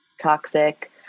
toxic